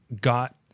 got